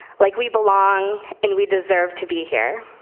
like we belong and we deserve to be here.